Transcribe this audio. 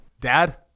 dad